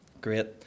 Great